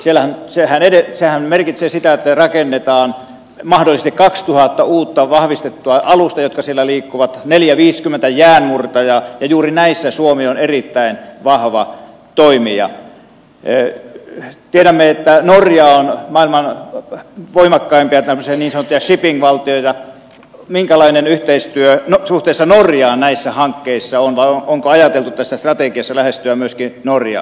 siellähän se vähän eli raha merkitsi sitä että rakennetaan mahdollisti kaksituhatta uutta vahvistettua alusta jotka sillä liikkuvat neljäviiskymmentä jäänmurtaja juuri näissä suomi on erittäin vahva toimija ei me tiedämme että nuoria on maailman voimakkaimpiatämisen isot esitin valtio ja minkälainen yhteistyö on suhteessa norjaan näissä hankkeissa on ajateltu tässä strategiassa lähestyä myöskin norja